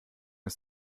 ist